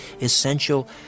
essential